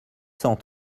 cent